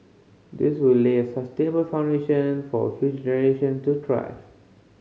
this will lay a sustainable foundation for future generation to thrive